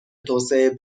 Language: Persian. توسعه